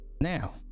now